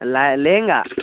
lehenga